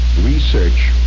research